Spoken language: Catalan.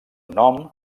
nom